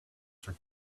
for